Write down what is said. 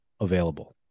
available